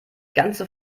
ganze